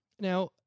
Now